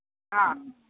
ആ